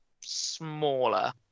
smaller